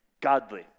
godly